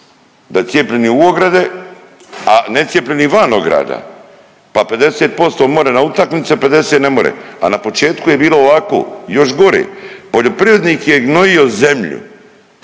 da cijepljeni u ograde, a ne cijepljeni van ograda, pa 50% more na utakmice, 50 ne more. A na početku je bilo ovako još gore, poljoprivrednik je gnojio zemlju